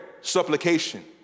supplication